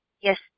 Yes